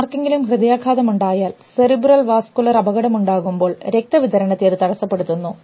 ആർക്കെങ്കിലും ഹൃദയാഘാതമുണ്ടായാൽ cerebral vascular അപകടമുണ്ടാകുമ്പോൾ രക്ത വിതരണത്തെ അത് തടസ്സപ്പെടുത്തുന്നു